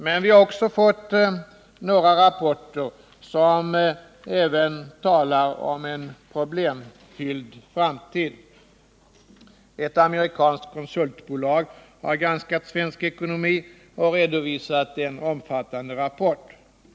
Men vi har också fått några rapporter som även talar om en problemfylld framtid. Ett amerikanskt konsultbolag har granskat svensk ekonomi och lämnat en omfattande rapport.